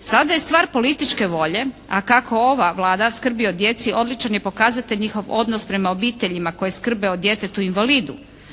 Sada je stvar političke volje a kako ova Vlada skrbi o djeci odličan je pokazatelj njihov odnos prema obiteljima koje skrbe o djetetu invalidu,